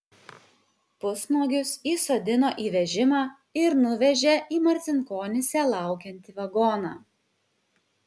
pusnuogius įsodino į vežimą ir nuvežė į marcinkonyse laukiantį vagoną